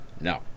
No